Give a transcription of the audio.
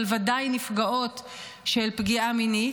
אבל ודאי נפגעות של פגיעה מינית.